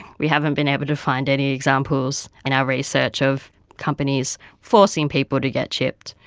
we haven't been able to find any examples in our research of companies forcing people to get chipped,